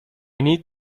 need